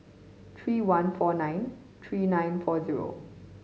three one four nine three nine four zero